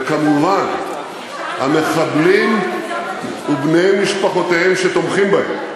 וכמובן המחבלים ובני משפחותיהם שתומכים בהם,